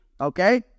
Okay